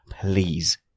please